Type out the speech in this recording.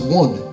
one